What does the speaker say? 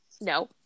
No